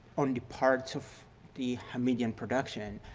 only part of the hamidian production,